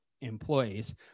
employees